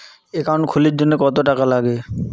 Account খুলির জন্যে কত টাকা নাগে?